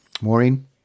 Maureen